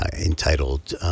entitled